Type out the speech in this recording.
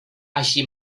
així